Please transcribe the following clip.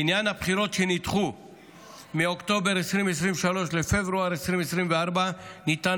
לעניין הבחירות שנדחו מאוקטובר 2023 לפברואר 2024 ניתן